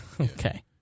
Okay